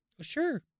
Sure